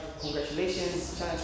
Congratulations